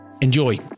Enjoy